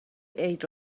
عید